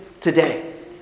today